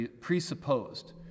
presupposed